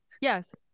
yes